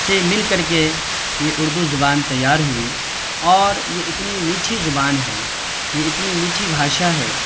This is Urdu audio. سے مل کر کے یہ اردو زبان تیار ہوئی اور یہ اتنی میٹھی زبان ہے یہ اتنی میٹھی بھاشا ہے